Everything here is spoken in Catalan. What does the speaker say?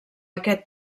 aquest